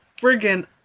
friggin